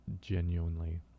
genuinely